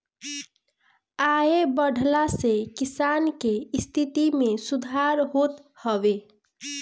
आय बढ़ला से किसान के स्थिति में सुधार होत हवे